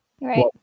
right